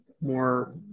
more